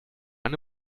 eine